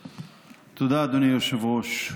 תודה, אדוני היושב-ראש.